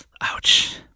ouch